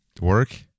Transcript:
work